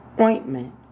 ointment